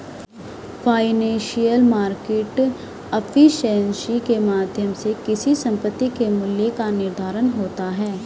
financial market efficiency के माध्यम से किसी संपत्ति के मूल्य का निर्धारण होता है